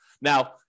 Now